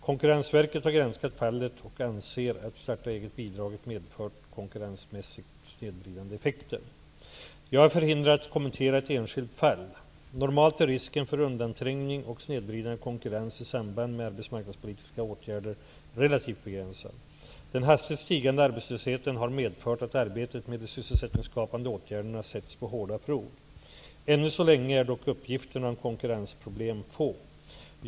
Konkurrensverket har granskat fallet, och anser att starta-egetbidraget medfört konkurrensmässigt snedvridande effekter. Jag är förhindrad att kommentera ett enskilt fall. Normalt är risken för undanträngning och snedvridande konkurrens i samband med arbetsmarknadspolitiska åtgärder relativt begränsad. Den hastigt stigande arbetslösheten har medfört att arbetet med de sysselsättningsskapande åtgärderna sätts på hårda prov. Ännu så länge är dock uppgifterna om konkurrensproblem få.